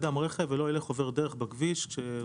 לא ינהג אדם רכב ולא ילך עובר דרך בכביש כשלאוזניו